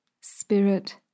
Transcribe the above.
spirit